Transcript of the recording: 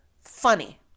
Funny